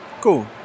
Cool